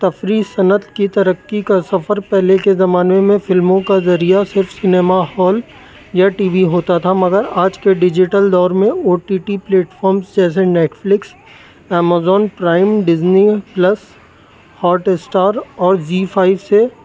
تفریحی صنعت کی ترقی کا سفر پہلے کے زمانے میں فلموں کا ذریعہ صرف سنیما ہال یا ٹی وی ہوتا تھا مگر آج کے ڈیجیٹل دور میں او ٹی ٹی پلیٹفارمس جیسے Netflix Amazon Prime Disney plus Hotstar اور زی فائیو سے